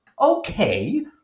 okay